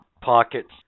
Pockets